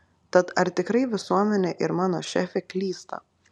tad ar tikrai visuomenė ir mano šefė klysta